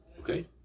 Okay